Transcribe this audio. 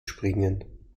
springen